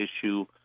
issue